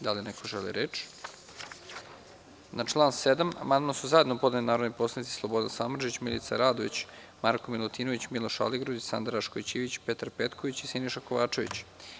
Da li neko želi reč? (Ne) Na član 7. amandman su zajedno podneli narodni poslanici Slobodan Samardžić, Milica Radović, Marko Milutinović, Miloš Aligrudić, Sanda Rašković Ivić, Petar Petković i Siniša Kovačević.